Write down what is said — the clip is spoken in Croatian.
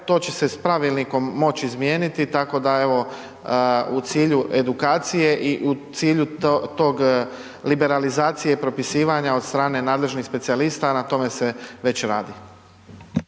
To će se s pravilnikom moć izmijeniti, tako da evo u cilju edukacije i u cilju tog liberalizacije i propisivanja od strane nadležnih specijalista na tome se već radi.